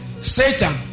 Satan